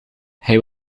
hij